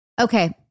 Okay